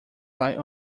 light